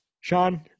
Sean